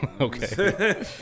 Okay